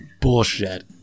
bullshit